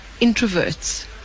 introverts